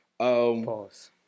pause